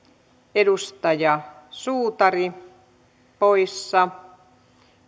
edustaja suutari poissa